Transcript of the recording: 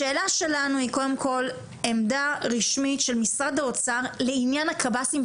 השאלה שלנו היא קודם כל עמדה רשמית של משרד האוצר לעניין הקב"סים.